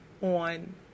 on